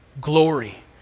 glory